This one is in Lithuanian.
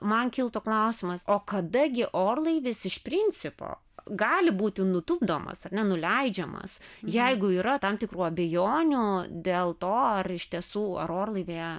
man kiltų klausimas o kada gi orlaivis iš principo gali būti nutupdomas ar ne nuleidžiamas jeigu yra tam tikrų abejonių dėl to ar iš tiesų ar orlaivyje